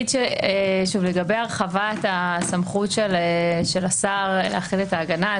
לגבי הרחבת הסמכות של השר להחיל את ההגנה,